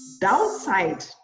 downside